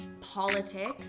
politics